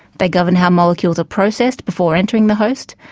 they govern how molecules are processed before entering the host,